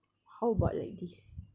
how about like this